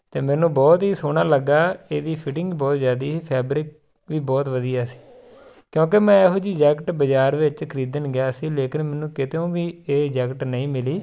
ਅਤੇ ਮੈਨੂੰ ਬਹੁਤ ਹੀ ਸੋਹਣਾ ਲੱਗਾ ਇਹਦੀ ਫਿਟਿੰਗ ਬਹੁਤ ਜ਼ਿਆਦਾ ਫੈਬਰਿਕ ਵੀ ਬਹੁਤ ਵਧੀਆ ਸੀ ਕਿਉਂਕਿ ਮੈਂ ਇਹੋ ਜਿਹੀ ਜੈਕਟ ਬਾਜ਼ਾਰ ਵਿੱਚ ਖਰੀਦਣ ਗਿਆ ਸੀ ਲੇਕਿਨ ਮੈਨੂੰ ਕਿਤੋਂ ਵੀ ਇਹ ਜੈਕਟ ਨਹੀਂ ਮਿਲੀ